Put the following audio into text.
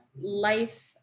life